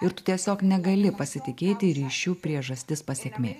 ir tu tiesiog negali pasitikėti ryšių priežastis pasekmė